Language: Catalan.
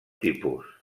tipus